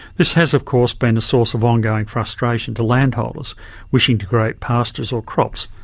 this has of course been a source of ongoing frustration to land holders wishing to create pastures or crops,